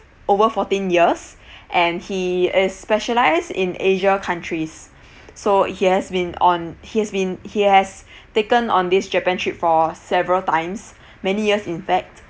over fourteen years and he is specialised in asia countries so he has been on he has been he has taken on this japan trip for several times many years in fact